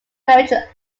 merchant